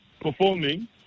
performing